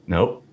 Nope